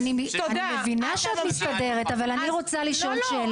שגם כוח האדם במשטרה לא גדל לאורך